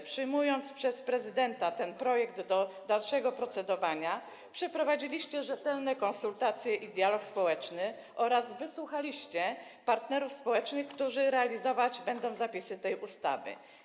Czy przejmując w imieniu prezydenta ten projekt w celu dalszego nad nim procedowania, przeprowadziliście rzetelne konsultacje i dialog społeczny oraz wysłuchaliście partnerów społecznych, którzy realizować będą zapisy tej ustawy?